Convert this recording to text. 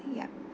yup